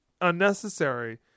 unnecessary